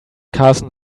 carson